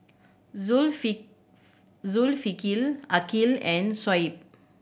Zulkifli Aqil and Shoaib